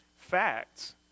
Facts